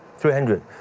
three hundred.